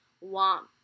want